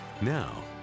Now